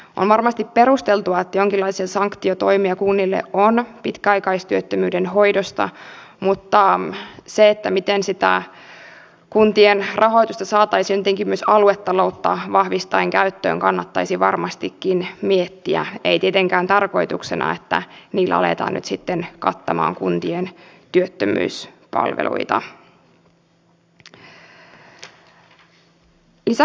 on varmasti perusteltua jonkinlaisen sanktiotoimia kunnille oona pitkäaikaistyöttömyyden joensuu korkeakoulukaupunkina on houkutellut erittäin hyvin opiskelijoita ympäri maata mutta jos meidän junayhteytemme heikkenevät näin rajusti on selvää että myös opiskelijoiden tulo kaupunkiin vähenee